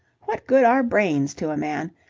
what good are brains to a man?